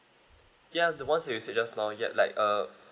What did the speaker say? ya the ones you say just now yet like uh